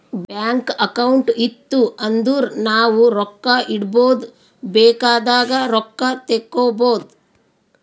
bank account ಇತ್ತು ಅಂದುರ್ ನಾವು ರೊಕ್ಕಾ ಇಡ್ಬೋದ್ ಬೇಕ್ ಆದಾಗ್ ರೊಕ್ಕಾ ತೇಕ್ಕೋಬೋದು